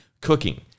cooking